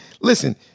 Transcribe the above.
listen